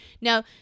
now